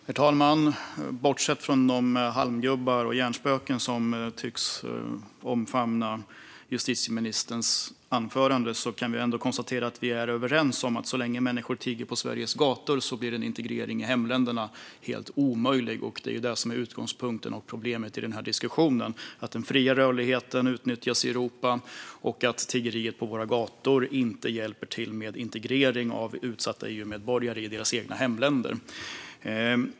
Herr talman! Bortsett från de halmgubbar och hjärnspöken som tycks omfamna justitieministerns anförande kan vi konstatera att vi är överens om att så länge människor tigger på Sveriges gator blir en integrering i hemländerna helt omöjlig. Det är det som är utgångspunkten och problemet i denna diskussion. Den fria rörligheten utnyttjas i Europa, och tiggeriet på våra gator hjälper inte till att integrera utsatta EU-medborgare i deras hemländer.